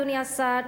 אדוני השר,